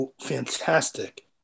fantastic